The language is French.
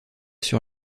sur